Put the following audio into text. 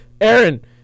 Aaron